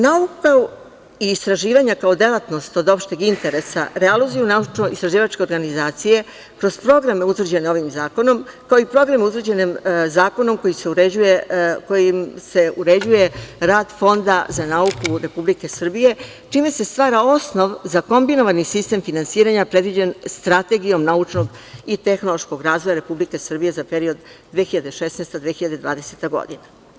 Nauka i istraživanja kao delatnost od opšteg interesa realizuju naučno-istraživačke organizacije kroz programe utvrđene ovim zakonom, kao i programe utvrđene zakonom kojim se uređuje rad Fonda za nauku Republike Srbije, čime se stvara osnov za kombinovani sistem finansiranja predviđen Strategijom naučnog i tehnološkog razvoja Republike Srbije za period od 2016. do 2020. godine.